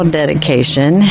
dedication